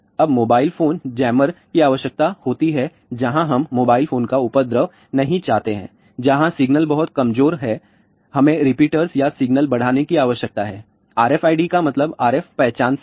अब mobile phone jammer की आवश्यकता होती है जहां हम मोबाइल फोन का उपद्रव नहीं चाहते हैं जहां सिग्नल बहुत कमजोर है हमें रिपीटर्स या सिग्नल बढ़ाने की आवश्यकता है RFID का मतलब RF पहचान से है